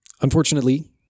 unfortunately